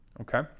Okay